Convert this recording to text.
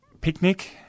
picnic